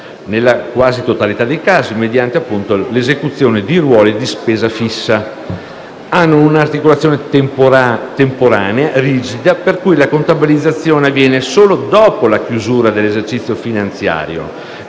(nella quasi totalità dei casi mediante l'esecuzione di ruoli di spesa fissa). Hanno una articolazione temporanea rigida, per cui la contabilizzazione avviene solo dopo la chiusura dell'esercizio finanziario,